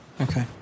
okay